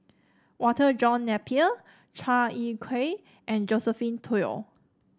Walter John Napier Chua Ek Kay and Josephine Teo